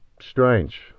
strange